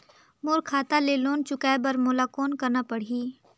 मोर खाता ले लोन चुकाय बर मोला कौन करना पड़ही?